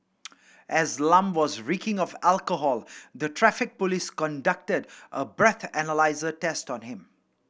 as Lam was reeking of alcohol the Traffic Police conducted a breathalyser test on him